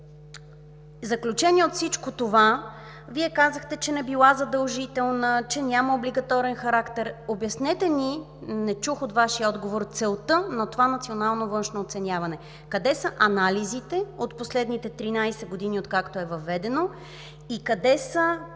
заключение от всичко това: Вие казахте, че не била задължителна, че няма облигаторен характер. Обяснете ми, не чух от Вашия отговор целта на това национално външно оценяване, къде са анализите от последните 13 години, откакто е въведено? Къде са